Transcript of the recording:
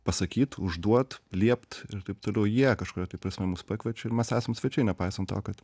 pasakyt užduot liept ir taip toliau jie kažkuria tai prasme mus pakviečia ir mes esam svečiai nepaisant to kad